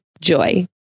Joy